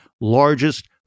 largest